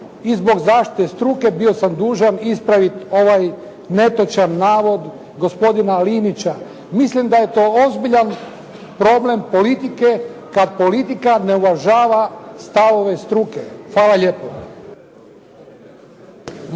i zbog zaštite struke bio sam dužan ispraviti ovaj netočan navod gospodina Linića. Mislim da je to ozbiljan problem politike, kad politika ne uvažava stavove struke. Hvala lijepo.